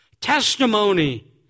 testimony